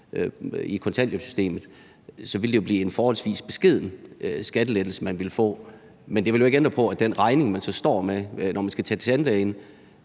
i kontanthjælpssystemet, så ville det jo blive en forholdsvis beskeden skattelettelse, man ville få. Men det ville jo ikke ændre på, at den regning, man så står med, når man har været hos tandlægen,